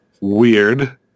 Weird